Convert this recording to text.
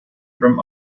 from